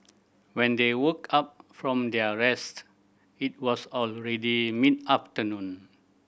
when they woke up from their rest it was already mid afternoon